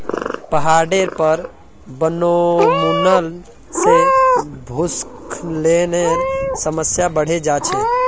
पहाडेर पर वनोन्मूलन से भूस्खलनेर समस्या बढ़े जा छे